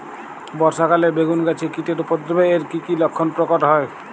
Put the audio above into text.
বর্ষা কালে বেগুন গাছে কীটের উপদ্রবে এর কী কী লক্ষণ প্রকট হয়?